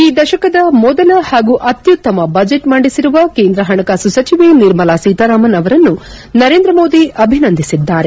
ಈ ದಶಕದ ಮೊದಲ ಹಾಗೂ ಅತ್ಯುತ್ತಮ ಬಜೆಟ್ ಮಂಡಿಸಿರುವ ಕೇಂದ್ರ ಪಣಕಾಸು ಸಚಿವೆ ನಿರ್ಮಲಾ ಸೀತಾರಾಮನ್ ಅವರನ್ನು ನರೇಂದ್ರ ಮೋದಿ ಅಭಿನಂದಿಸಿದ್ದಾರೆ